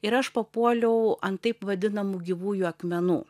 ir aš papuoliau ant taip vadinamų gyvųjų akmenų